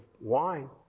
wine